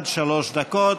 עד שלוש דקות.